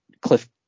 Cliff